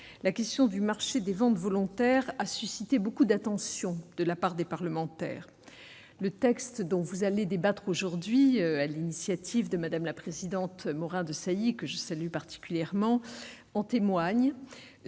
la question du marché des ventes volontaires a suscité beaucoup d'attention de la part des parlementaires le texte dont vous allez débattre aujourd'hui à l'initiative de Madame la Présidente Morin-Desailly que je salue particulièrement en témoigne,